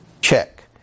Check